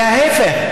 וההפך.